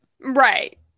Right